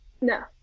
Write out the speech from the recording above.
No